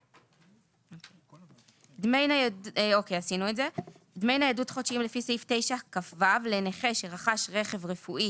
4. דמי ניידות חודשיים לפי סעיף 9כו לנכה שרכש רכב רפואי